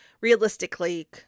realistically